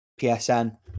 PSN